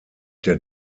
der